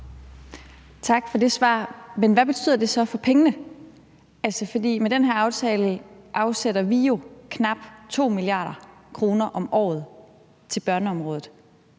Tak for det svar. Men hvad betyder det så for pengene? For med den her aftale afsætter vi jo knap 2 mia. kr. om året til børneområdet.